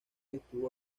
estuvo